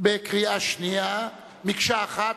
בקריאה שנייה, מקשה אחת,